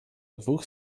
dwóch